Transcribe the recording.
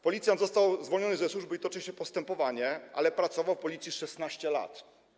Policjant został zwolniony ze służby i toczy się postępowanie, ale pracował w Policji 16 lat.